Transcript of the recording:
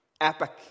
Epic